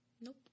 Nope